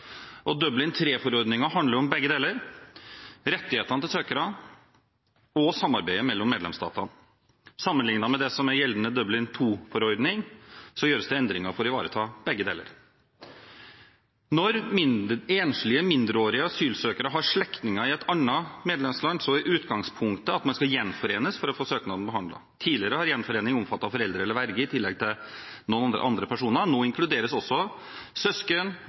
og samarbeidet mellom medlemsstatene. Sammenlignet med gjeldende Dublin II-forordning gjøres det endringer for å ivareta begge deler. Når enslige mindreårige asylsøkere har slektninger i et annet medlemsland, er utgangspunktet at man skal gjenforenes for å få søknaden behandlet. Tidligere har gjenforening omfattet foreldre eller verge, i tillegg til noen andre personer. Nå inkluderes også søsken,